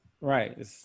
Right